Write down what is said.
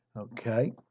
Okay